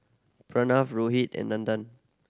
Pranav Rohit and Nandan